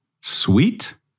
sweet